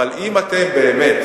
אבל אם אתם באמת,